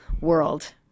world